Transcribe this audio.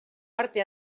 uharte